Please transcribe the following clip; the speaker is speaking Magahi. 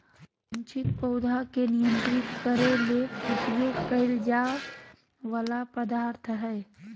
अवांछित पौधा के नियंत्रित करे ले उपयोग कइल जा वला पदार्थ हइ